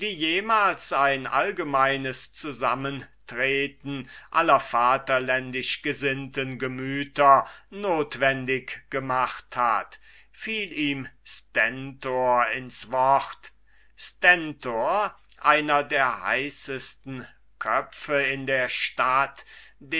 jemals ein allgemeines zusammentreten aller vaterländischgesinnten gemüter notwendig gemacht hat fiel ihm stentor ins wort stentor einer der heißesten köpfe in der stadt